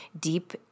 deep